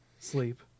Sleep